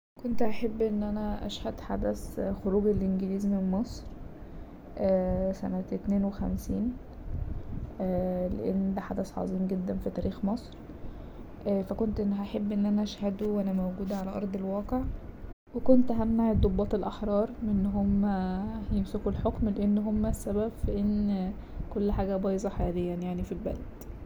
كنت هحب ان انا اشهد حدث خروج الانجليز من مصر سنة اتنين وخمسين لأن ده حدث عظيم جدا في تاريخ مصر فا كنت هحب ان انا اشهده وانا موجودة على أرض الواقع وكنت همنع الضباط الأحرار من ان هما يمسكوا الحكم لأن هما السبب في ان كل حاجة بايظة حاليا يعني في البلد.